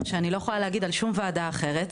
מה שאני לא יכולה להגיד על שום וועדה אחרת,